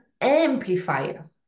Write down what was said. amplifier